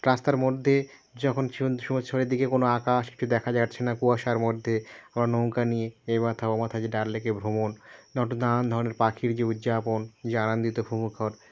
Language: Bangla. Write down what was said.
রাস্তার মধ্যে যখন সুন দিকে কোনো আকাশ কিছু দেখা যাচ্ছে না কুয়াশার মধ্যে আবার নৌকা নিয়ে এই মাথা ও মাথা যে ডাল লেকে ভ্রমণ নট ও নানান ধরনের পাখির যে উৎযাপন জানান দিতে